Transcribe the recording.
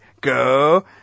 Go